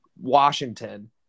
Washington